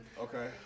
Okay